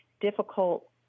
difficult